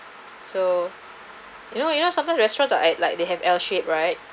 so you know you know sometimes restaurants are at like they have L shape right